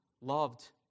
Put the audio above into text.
loved